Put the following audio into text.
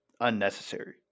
unnecessary